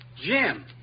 Jim